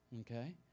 Okay